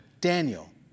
Daniel